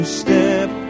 step